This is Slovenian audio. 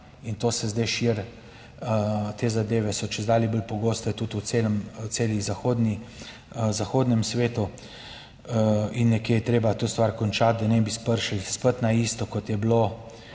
in to se zdaj širi, te zadeve so čedalje bolj pogoste tudi v celem zahodnem svetu. In nekje je treba to stvar končati, da ne bi prišli spet na isto, kot je bilo,